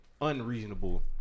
unreasonable